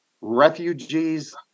refugees